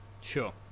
Sure